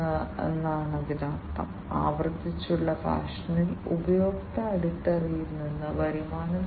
അതിനാൽ വ്യാവസായിക ഇന്റർനെറ്റ് അല്ലെങ്കിൽ വ്യാവസായിക IoT ആപ്ലിക്കേഷനുകൾക്കായി ഈ സെൻസറുകൾ ബന്ധിപ്പിക്കുന്നത് സാധ്യമാണ്